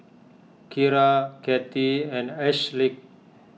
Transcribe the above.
Keira Cathey and Ashleigh